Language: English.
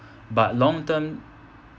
but long term